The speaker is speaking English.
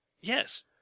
Yes